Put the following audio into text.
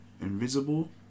Invisible